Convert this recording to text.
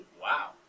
Wow